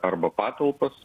arba patalpas